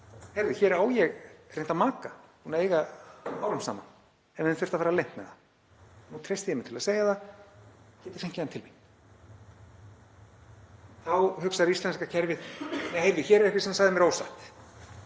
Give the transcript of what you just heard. Heyrðu, hér á ég reyndar maka, búin að eiga árum saman en þurfti að fara leynt með það. Nú treysti ég mér til að segja að það. Get ég fengið hann til mín? Þá hugsar íslenska kerfið: Nei heyrðu, hér er einhver sem sagði mér ósatt.